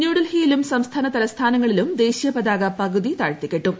ന്യൂഡൽഹിയിലും സംസ്ഥാന തലസ്ഥാനങ്ങളിലും ദേശീയപതാക പകുതി താഴ്ത്തിക്കെട്ടും